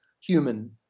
human